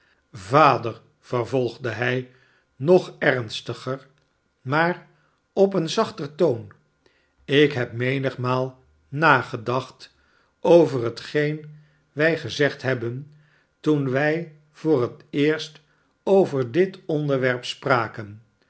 vader vervolgde hij nog ernstiger maar op een zachter toon ik heb menigmaal nagedacht over hetgeen wij gezegd hebben toen wij voor het eerst over dit onderwerp spraken